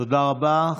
תודה רבה.